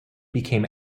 became